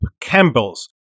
Campbell's